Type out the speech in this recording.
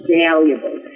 valuable